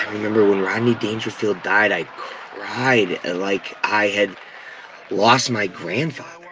remember when rodney dangerfield died, i cried like i had lost my grandfather,